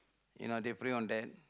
you know they pray on them